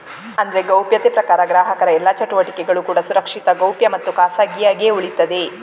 ಅಂದ್ರೆ ಗೌಪ್ಯತೆ ಪ್ರಕಾರ ಗ್ರಾಹಕರ ಎಲ್ಲಾ ಚಟುವಟಿಕೆಗಳು ಕೂಡಾ ಸುರಕ್ಷಿತ, ಗೌಪ್ಯ ಮತ್ತು ಖಾಸಗಿಯಾಗಿ ಉಳೀತದೆ